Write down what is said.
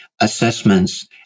assessments